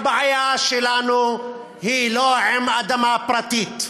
הבעיה שלנו היא לא עם אדמה פרטית.